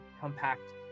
compact